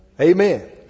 Amen